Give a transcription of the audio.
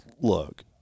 Look